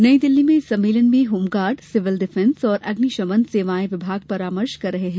नई दिल्ली में इस सम्मेलन में होमगार्ड सिविल डिफेंस और अग्निशमन सेवाएं विभाग परामर्श कर रहे हैं